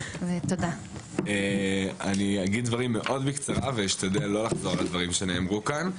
אני אגיד דברים מאוד בקצרה ואשתדל לא לחזור על הדברים שנאמרו כאן.